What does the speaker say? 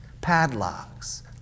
padlocks